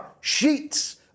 sheets